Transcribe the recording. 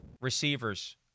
receivers